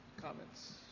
comments